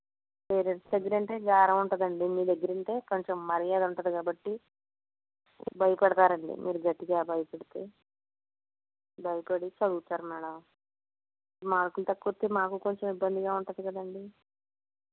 parents దగ్గర అంటే గారాబం ఉంటుంది అండి మీ దగ్గర ఉంటే కొంచెం మర్యాద ఉంటాది కాబట్టి భయపడతారండి మీరు గట్టిగా భయపెడితే బయపడి చదువుతారు మేడం మార్కులు తక్కువ వస్తే మాకు కొంచెం ఇబ్బందిగా ఉంటుంది కదండీ